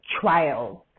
trials